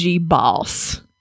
boss